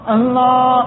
Allah